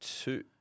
Two